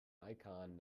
icon